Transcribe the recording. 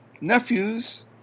nephews